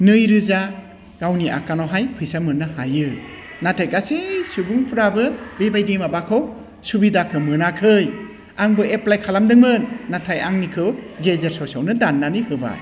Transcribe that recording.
नै रोजा गावनि आकाउन्टआवहाय फैसा मोननो हायो नाथाय गासै सुबुंफ्राबो बिबायदि माबाखौ सुबिदाखौ मोनाखै आंबो एफ्लाइ खालामदोंमोन नाथाय आंनिखौ गेजेर ससेयावनो दाननानै होबाय